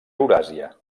euràsia